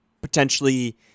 potentially